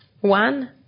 one